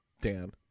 Dan